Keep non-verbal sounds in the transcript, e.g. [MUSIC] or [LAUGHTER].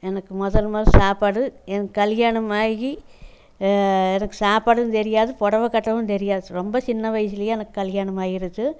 எனக்கு முதல் [UNINTELLIGIBLE] சாப்பாடு எனக்கு கல்யாணமாகி எனக்கு சாப்பாடும் தெரியாது பொடவை கட்டவும் தெரியாது ரொம்ப சின்ன வயதுலயே எனக்கு கல்யாணம் ஆகிடுச்சு